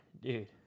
Dude